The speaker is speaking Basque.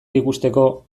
ikusteko